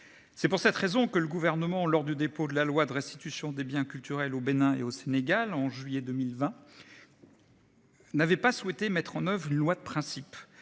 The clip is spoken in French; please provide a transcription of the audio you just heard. C'est pour cette raison que le gouvernement lors du dépôt de la loi de restitution des biens culturels au Bénin et au Sénégal, en juillet 2020. N'avait pas souhaité mettre en oeuvre une loi de principe,